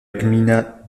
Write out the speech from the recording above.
gmina